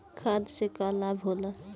खाद्य से का लाभ होला?